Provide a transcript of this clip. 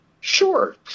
Sure